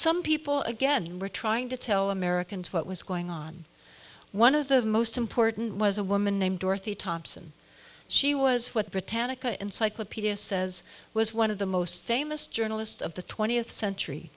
some people again were trying to tell americans what was going on one of the most important was a woman named dorothy thompson she was what britannica encyclopedia says was one of the most famous journalists of the twentieth century